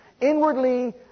Inwardly